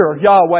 Yahweh